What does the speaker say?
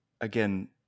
again